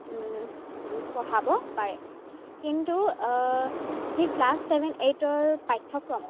পঢ়াব পাৰে কিন্তু যি ক্লাছ ছেভেন এইটৰ পাঠ্যক্ৰম